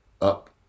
up